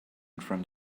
front